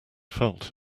felt